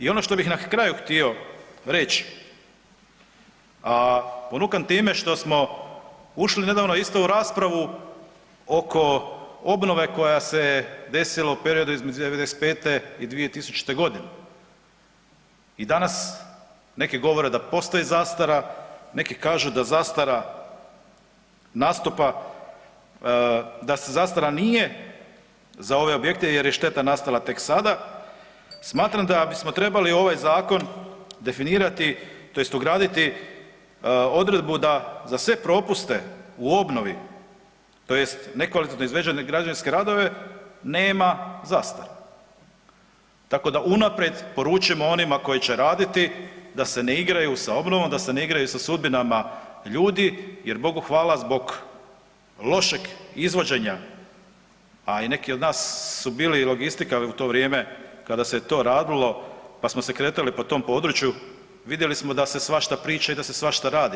I ono što bih na kraju htio reći, a ponukan teme što smo ušli nedavno isto u raspravu oko obnove koja se je desila u periodu između '95. i 2000.g. i danas neki govore da postoji zastara, neki kažu da zastara nastupa, da zastara nije za ove objekte jer je šteta nastala tek sada, smatram da bismo trebali ovaj zakon definirati tj. ugraditi odredbu da za sve propuste u obnovi tj. za nekvalitetno izvedene građevinske radove nema zastare, tako da unaprijed poručimo onima koji će raditi da se ne igraju sa obnovom, da se ne igraju sa sudbinama ljudi jer Bogu hvala zbog lošeg izvođenja, a i neki od nas su bili i logistika u to vrijeme kada se je to radilo, pa smo se kretali po tom području, vidjeli smo da se svašta priča i da se svašta radi.